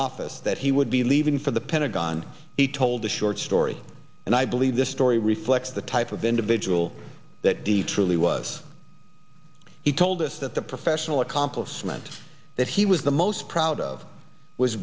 office that he would be leaving for the pentagon he told a short story and i believe this story reflects the type of individual that dave truly was he told us that the professional accomplishments that he was the most proud of was